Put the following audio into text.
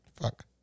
Fuck